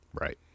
right